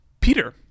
Peter